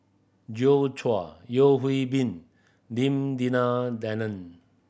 Joi Chua Yeo Hwee Bin Lim Denan Denon